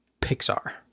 Pixar